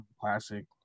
Classic